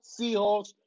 Seahawks